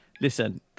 Listen